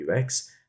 UX